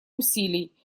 усилий